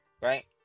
Right